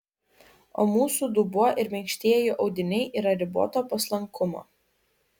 o mūsų dubuo ir minkštieji audiniai yra riboto paslankumo